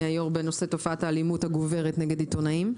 היו"ר בנושא תופעת האלימות הגוברת נגד עיתונאים.